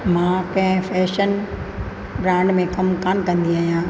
मां कंहिं fashion brand में कमु कोन्ह कंदी आहियां